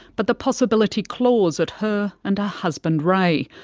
but the possibility claws at her and her husband ray,